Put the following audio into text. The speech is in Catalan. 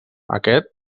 aquest